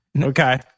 Okay